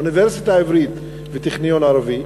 אוניברסיטה עברית וטכניון עברי,